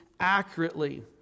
accurately